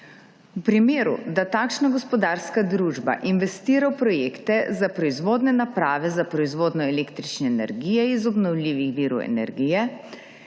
V primeru, da takšna gospodarska družba investira v projekte za proizvodne naprave za proizvodnjo električne energije iz obnovljivih virov energije,